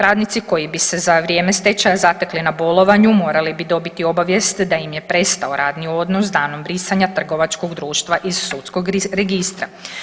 Radnici koji bi se za vrijeme stečaja zatekli na bolovanju morali bi dobiti obavijest da im je prestao radni odnos s danom brisanja trgovačkog društva iz sudskog registra.